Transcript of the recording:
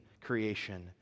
creation